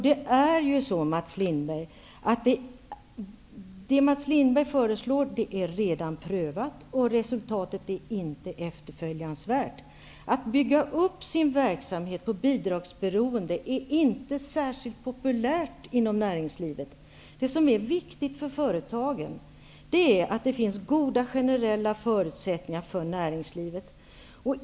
Det Mats Lindberg föreslår är redan prövat, och resultatet är inte efterföljansvärt. Att bygga upp en verksamhet på bidragsberoende är inte särskilt populärt inom näringslivet. Det som är viktigt för företagen är att det finns goda generella förutsättningar för näringslivet.